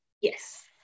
yes